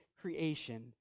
creation